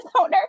owner